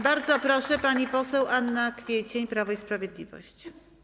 Bardzo proszę, pani poseł Anna Kwiecień, Prawo i Sprawiedliwość.